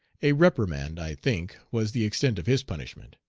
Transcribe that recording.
a reprimand, i think, was the extent of his punishment.